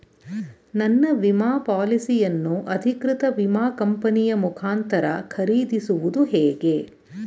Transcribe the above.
ನನ್ನ ವಿಮಾ ಪಾಲಿಸಿಯನ್ನು ಅಧಿಕೃತ ವಿಮಾ ಕಂಪನಿಯ ಮುಖಾಂತರ ಖರೀದಿಸುವುದು ಹೇಗೆ?